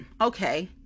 Okay